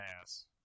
ass